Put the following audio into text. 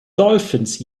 dolphins